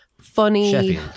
funny